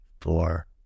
four